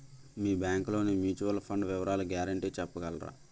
మీ bank లోని mutual fund వివరాల guarantee చెప్పగలరా?